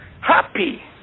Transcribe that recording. happy